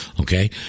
okay